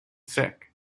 sick